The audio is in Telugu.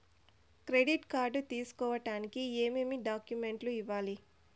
క్రెడిట్ కార్డు తీసుకోడానికి ఏమేమి డాక్యుమెంట్లు ఇవ్వాలి